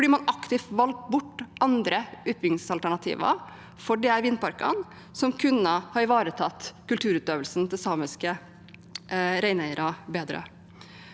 man aktivt valgte bort andre utbyggingsalternativer for disse vindparkene som kunne ha ivaretatt kulturutøvelsen til samiske reineiere bedre.